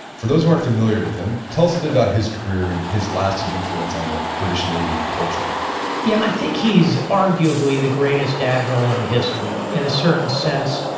for those who aren't familiar with him, tell us a bit about his career and his lasting influence on the british navy and culture yeah, i think he's arguably the greatest admiral in history in a certain sense.